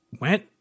went